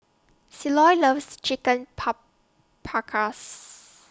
Ceylon loves Chicken Paprikas